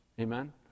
Amen